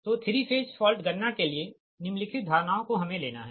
तो 3 phase fault गणना के लिए निम्नलिखित धारणाओं को हमें लेना है